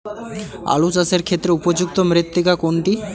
আলু চাষের ক্ষেত্রে উপযুক্ত মৃত্তিকা কোনটি?